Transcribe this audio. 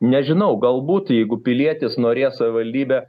nežinau galbūt jeigu pilietis norės savivaldybę